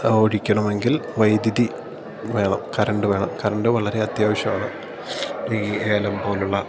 അടിക്കണമെങ്കിൽ വൈദ്യുതി വേണം കറണ്ട് വേണം കറണ്ട് വളരെ അത്യാവശ്യമാണ് ഈ ഏലം പോലുള്ള